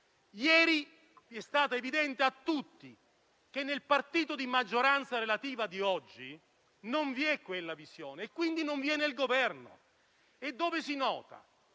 Ieri è stato evidente a tutti che nel partito di maggioranza relativa di oggi non vi è quella visione e, quindi, non vi è nel Governo. E dove si nota?